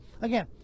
again